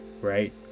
right